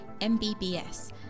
MBBS